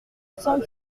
sens